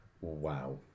Wow